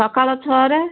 ସକାଳ ଛଅରେ